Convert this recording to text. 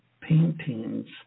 paintings